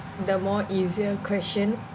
the more easier question